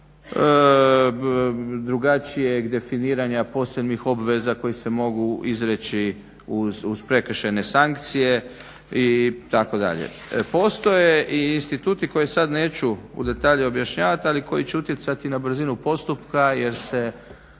drugačijeg definiranja posebnih obveza koje se mogu izreći uz prekršajne sankcije itd. Postoje i instituti koje sad neću u detalje objašnjavati, ali koji će utjecati na brzinu postupka jer se